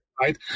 right